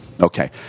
Okay